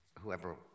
Whoever